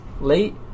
late